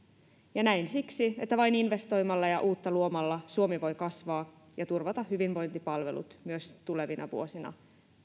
näin siksi että vain investoimalla ja uutta luomalla suomi voi kasvaa ja turvata hyvinvointipalvelut myös tulevina vuosina